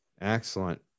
Excellent